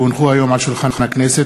כי הונחו היום על שולחן הכנסת,